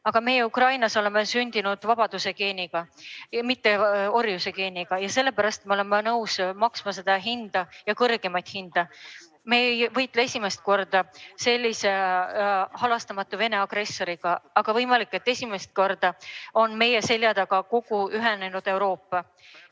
Aga meie Ukrainas oleme sündinud vabaduse geeniga, mitte orjuse geeniga, ja sellepärast me oleme nõus maksma seda hinda, kõrgemat hinda. Me ei võitle esimest korda sellise halastamatu Vene agressoriga, aga võimalik, et esimest korda on meie selja taga kogu ühinenud Euroopa